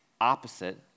opposite